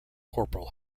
corporal